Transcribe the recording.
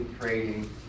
trading